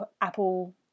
Apple